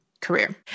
career